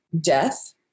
death